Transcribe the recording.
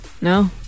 no